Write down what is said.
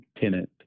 tenant